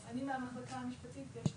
אני מהמחלקה המשפטית.